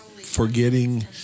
forgetting